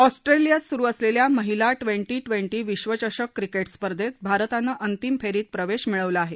ऑस्ट्रेलियात सुरू असलेल्या महिला ट्वेंटी ट्वेंटी विश्वचषक क्रिकेट स्पर्धेत भारतानं अंतिम फेरीत प्रवेश मिळवला आहे